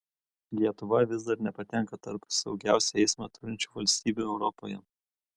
lietuva vis dar nepatenka tarp saugiausią eismą turinčių valstybių europoje